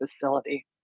facility